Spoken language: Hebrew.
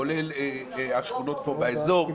כולל השכונות פה באזור,